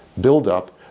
buildup